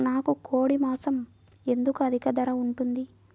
నాకు కోడి మాసం ఎందుకు అధిక ధర ఉంటుంది?